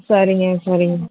சரிங்க சரிங்க